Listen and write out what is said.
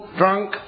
drunk